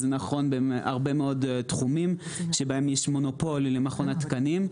זה נכון בהרבה מאוד תחומים שבהם יש מונופול למכון התקנים,